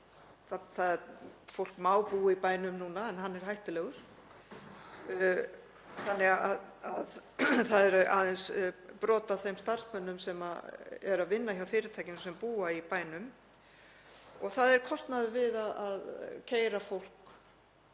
að fólk má búa í bænum núna en hann er hættulegur, þannig að það er aðeins brot af þeim starfsmönnum sem eru að vinna hjá fyrirtækjum sem býr í bænum og það er kostnaður við að keyra fólk